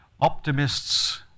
Optimists